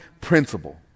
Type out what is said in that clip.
principle